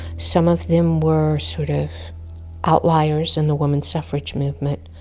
some of them were sort of outliers in the woman suffrage movement.